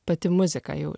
pati muzika jau